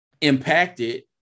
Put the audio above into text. impacted